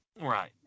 Right